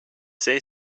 say